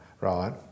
right